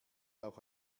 auch